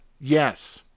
Yes